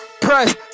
press